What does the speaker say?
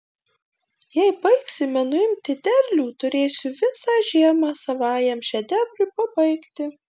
jei baigsime nuimti derlių turėsiu visą žiemą savajam šedevrui pabaigti